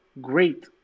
Great